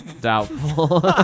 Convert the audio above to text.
Doubtful